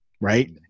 right